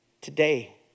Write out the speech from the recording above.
today